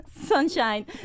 Sunshine